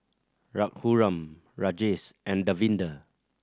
Raghuram Rajesh and Davinder